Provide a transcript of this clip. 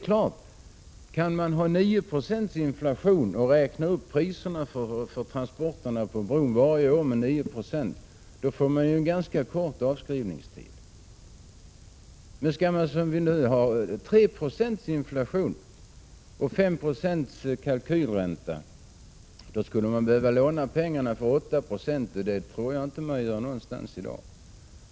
Kan man ha en inflation på 9 26 och räkna upp priserna för transporterna på bron med 9 96 varje år, är det klart att man får en ganska kort avskrivningstid. Men med en inflation på 3 96, som vi nu har, och en kalkylränta på 5 90 skulle man behöva låna pengar till en ränta på 8 Ye, och det tror jag inte att man kan göra någonstans i dag.